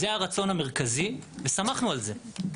זה הרצון המרכזי ושמחנו על זה.